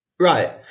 right